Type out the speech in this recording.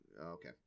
Okay